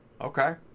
Okay